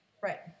right